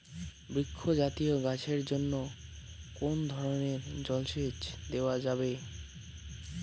বৃক্ষ জাতীয় গাছের জন্য কোন ধরণের জল সেচ দেওয়া যাবে?